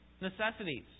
necessities